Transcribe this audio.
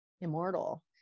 immortal